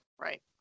Right